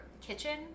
Kitchen